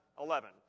Eleven